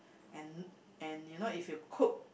and and you know if you cook